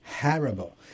horrible